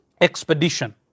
expedition